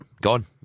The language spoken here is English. gone